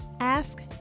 Ask